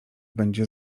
będzie